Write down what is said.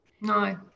no